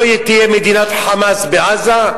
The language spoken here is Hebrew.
לא תהיה מדינת "חמאס" בעזה,